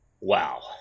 wow